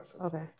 Okay